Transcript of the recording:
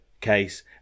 case